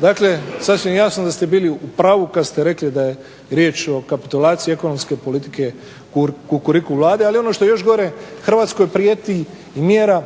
Dakle, sasvim je jasno da ste bili u pravu kada ste rekli da je riječ o kapitulaciji ekonomske politike kukuriku Vlade. Ali ono što je još gore Hrvatskoj prijeti i mjera